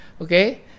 okay